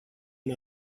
one